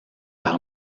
par